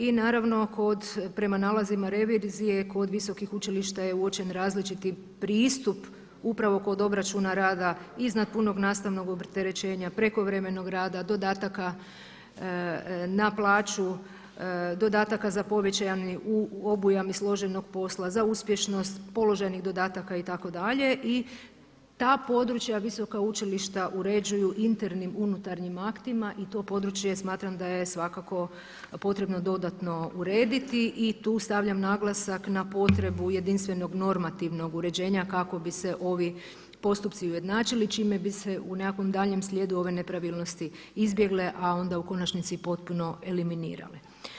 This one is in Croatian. I naravno prema nalazima revizije kod visokih učilišta uočen je različiti pristup upravo kod obračuna rada iznad punog nastavnog opterećenja, prekovremenog rada, dodataka na plaću, dodataka za povećani obujam i složenost posla, za uspješnost, položenih dodataka itd. i ta područja visoka učilišta uređuju internim unutarnjim aktima i to područje smatram da je svakako dodatno urediti i tu stavljam naglasak na potrebu jedinstvenog normativnog uređenja kako bi se ovi postupci ujednačili čime bi se u nekakvom daljnjem slijedu ove nepravilnosti izbjegle, a onda u konačnici potpuno eliminirale.